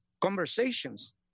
conversations